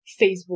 Facebook